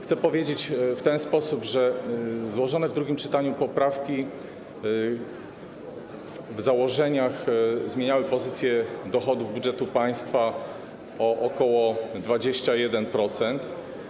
Chcę powiedzieć, że złożone w drugim czytaniu poprawki w założeniach zmieniały pozycję dochodów budżetu państwa o ok. 21%.